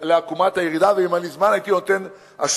לעקומת הירידה, ואם היה לי זמן הייתי נותן השוואות